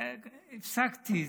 הפסקתי.